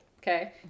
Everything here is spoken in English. okay